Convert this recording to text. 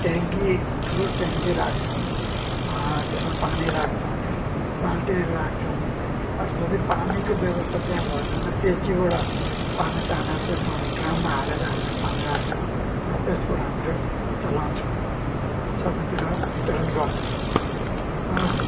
टेङ्की ठुलो टेङ्की राख्छौँ त्यसमा पानी राख्छौँ बाल्टीहरू राख्छौँ अरू यदि पानीको व्यवस्था त्यहाँ भएन भने पिएचईबाट पानी तानेर त्यसमा ड्रममा हालेर हामीहरू पानी राख्छौँ र त्यसबाट हाम्रो चलाउँछौँ सबैतिर वितरण गर्छौँ